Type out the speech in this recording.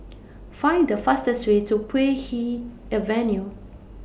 Find The fastest Way to Puay Hee Avenue